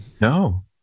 no